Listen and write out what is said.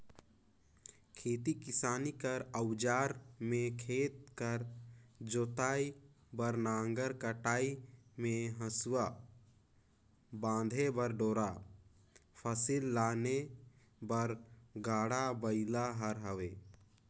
खेती किसानी कर अउजार मे खेत कर जोतई बर नांगर, कटई मे हेसुवा, बांधे बर डोरा, फसिल लाने बर गाड़ा बइला हर हवे